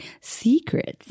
secrets